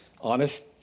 honest